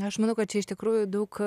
aš manau kad čia iš tikrųjų daug